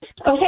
Okay